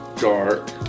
dark